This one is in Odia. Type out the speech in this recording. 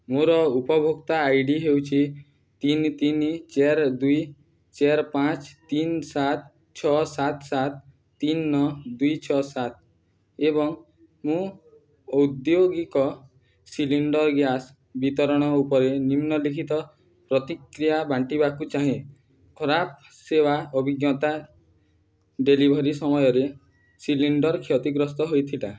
ମୋର ଉପଭୋକ୍ତା ଆଇ ଡ଼ି ହେଉଛି ତିନି ତିନି ଚାରି ଦୁଇ ଚାରି ପାଞ୍ଚ ତିନି ସାତ ଛଅ ସାତ ସାତ ତିନି ନଅ ଦୁଇ ଛଅ ସାତ ଏବଂ ମୁଁ ଔଦ୍ୟୋଗିକ ସିଲିଣ୍ଡର୍ ଗ୍ୟାସ ବିତରଣ ଉପରେ ନିମ୍ନଲିଖିତ ପ୍ରତିକ୍ରିୟା ବାଣ୍ଟିବାକୁ ଚାହେଁ ଖରାପ ସେବା ଅଭିଜ୍ଞତା ଡେଲିଭରି ସମୟରେ ସିଲିଣ୍ଡର୍ କ୍ଷତିଗ୍ରସ୍ତ ହୋଇଥିଲା